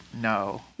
No